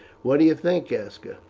what do you think, aska?